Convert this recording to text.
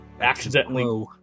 accidentally